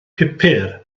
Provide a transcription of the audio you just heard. pupur